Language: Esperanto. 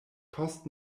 post